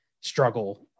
struggle